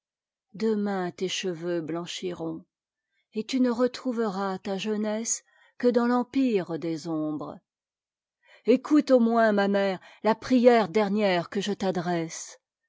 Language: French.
demain tes cheveux blanchiront et tu ne t retrouveras ta jeunesse que dans l'empire des ombres écoute au moins ma mère la prière dernière e que je't'adresse